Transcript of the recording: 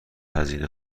هزینه